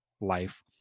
life